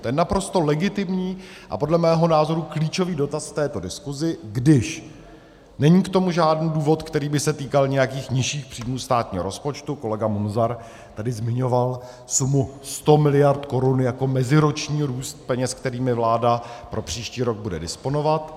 To je naprosto legitimní a podle mého názoru klíčový dotaz v této diskusi, když není k tomu žádný důvod, který by se týkal nějakých nižších příjmů státního rozpočtu kolega Munzar tady zmiňoval sumu 100 mld. korun jako meziroční růst peněz, kterými vláda pro příští rok bude disponovat.